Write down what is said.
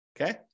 Okay